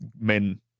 men